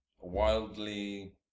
wildly